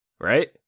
Right